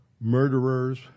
murderers